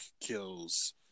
kills